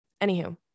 anywho